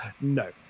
no